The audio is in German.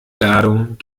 ladung